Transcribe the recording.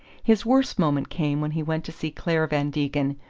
his worst moment came when he went to see clare van degen,